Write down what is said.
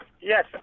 Yes